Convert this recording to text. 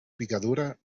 picadura